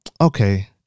okay